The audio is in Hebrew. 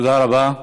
תודה רבה.